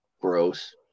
gross